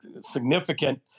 significant